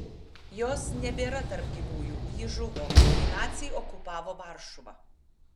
jos nebėra tarp gyvųjų ji žuvo kai naciai okupavo varšuvą